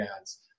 ads